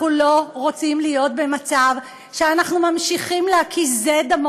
אנחנו לא רוצים להיות במצב שאנחנו ממשיכים להקיז זה את דמו